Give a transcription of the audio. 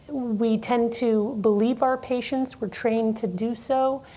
we tend to believe our patients. we're trained to do so.